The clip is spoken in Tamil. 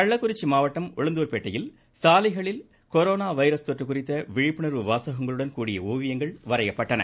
கள்ளக்குறிச்சி மாவட்டம் உளுந்தூா்பேட்டை சாலைகளில் கொரோனா வைரஸ் தொற்று குறித்த விழிப்புணர்வு வாசகங்களுடன் கூடிய ஓவியங்கள் வரையப்பட்டன